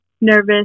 nervous